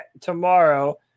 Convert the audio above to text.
Tomorrow